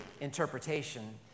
interpretation